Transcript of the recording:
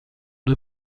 due